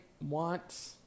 want